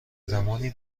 زمانی